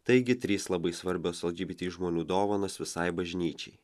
taigi trys labai svarbios lgbt žmonių dovanas visai bažnyčiai